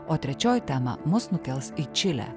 o trečioji tema mus nukels į čilę